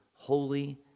Holy